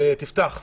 תפתח.